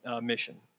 mission